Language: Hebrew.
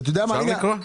אפשר לקרוא?